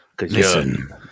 Listen